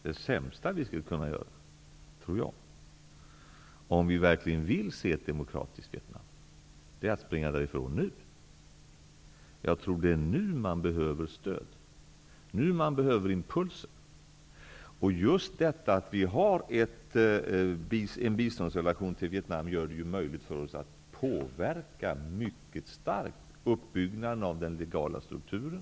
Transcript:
Det sämsta vi skulle kunna göra, om vi verkligen vill se ett demokratiskt Vietnam, är att springa därifrån nu. Jag tror att det är nu man behöver stöd. Det är nu man behöver impulser. Just detta att vi har en biståndsrelation till Vietnam gör det möjligt för oss att mycket starkt påverka uppbyggnaden av den legala strukturen.